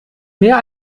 mehr